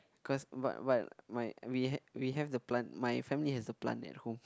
cause but but my we have we have the plant my family has the plant at home